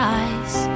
eyes